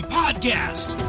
podcast